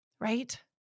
Right